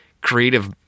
creative